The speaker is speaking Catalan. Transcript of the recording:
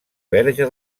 verge